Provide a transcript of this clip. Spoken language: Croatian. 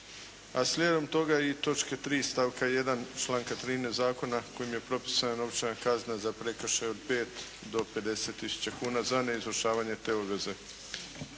A slijedom toga i točke 3. stavka 1. članka 13. Zakona kojim je propisana novčana kazna za prekršaje od 5 do 50 tisuća kuna za neizvršavanje te obveze.